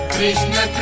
Krishna